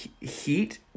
Heat